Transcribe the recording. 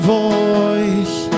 voice